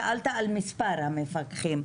שאלת על מספר המפקחים.